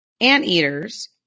Anteaters